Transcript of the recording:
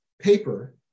paper